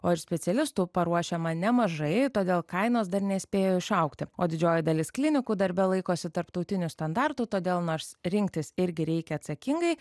o ir specialistų paruošiama nemažai todėl kainos dar nespėjo išaugti o didžioji dalis klinikų darbe laikosi tarptautinių standartų todėl nors rinktis irgi reikia atsakingai